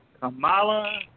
Kamala